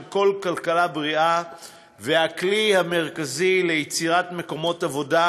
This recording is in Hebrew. כל כלכלה בריאה והכלי המרכזי ליצירת מקומות עבודה,